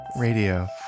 Radio